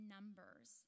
Numbers